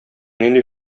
нинди